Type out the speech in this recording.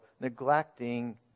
neglecting